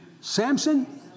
Samson